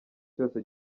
cyose